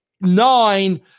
nine